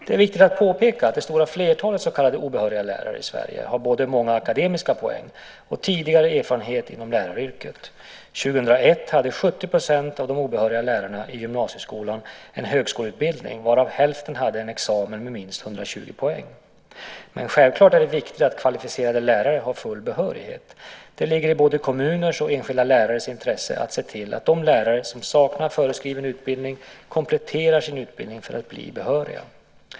Det är viktigt att påpeka att det stora flertalet så kallade obehöriga lärare i Sverige har både många akademiska poäng och tidigare erfarenhet inom läraryrket. År 2001 hade 70 % av de obehöriga lärarna i gymnasieskolan en högskoleutbildning, varav hälften hade en examen med minst 120 poäng. Men självklart är det viktigt att kvalificerade lärare har full behörighet. Det ligger i både kommuners och enskilda lärares intresse att se till att de lärare som saknar föreskriven utbildning kompletterar sin utbildning för att bli behöriga.